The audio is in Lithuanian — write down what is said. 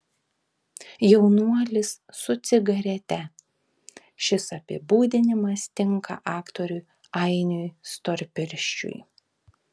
jaunuolis su cigarete šis apibūdinimas tinka aktoriui ainiui storpirščiui